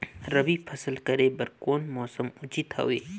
रबी फसल करे बर कोन मौसम उचित हवे?